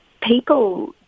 People